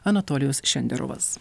anatolijus šenderovas